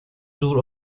دور